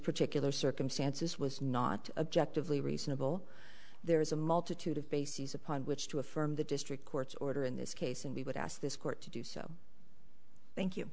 particular circumstances was not objective lee reasonable there is a multitude of bases upon which to affirm the district court's order in this case and we would ask this court to do so thank you